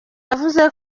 yavuze